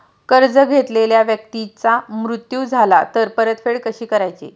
कर्ज घेतलेल्या व्यक्तीचा मृत्यू झाला तर परतफेड कशी करायची?